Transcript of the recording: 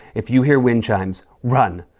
if you hear wind chimes, run!